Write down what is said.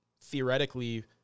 theoretically